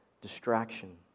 distraction